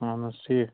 اَہَن حظ ٹھیٖک